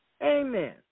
Amen